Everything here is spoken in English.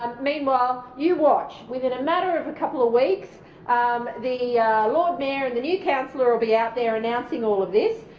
ah meanwhile you watch. within a matter of a couple of weeks um the lord mayor and the new councillor will be out there announcing all of this.